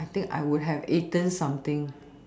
I think I would have eaten something